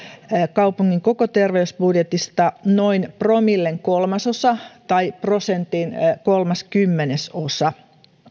kaupungin koko terveysbudjetista noin promillen kolmasosa tai prosentin kolmaskymmenesosa